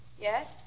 Yes